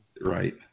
right